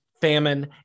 famine